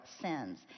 sins